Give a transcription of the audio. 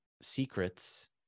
Secrets